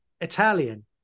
Italian